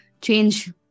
change